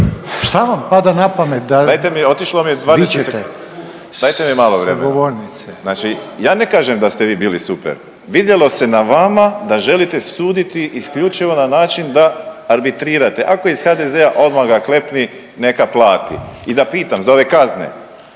… …/Upadica Reiner: Sa govornice./… Znači ja ne kažem da ste vi bili super. Vidjelo se na vama da želite suditi isključivo na način da arbitrirate ako je iz HDZ-a odmah ga klepni neka plati. I da pitam za ove kazne,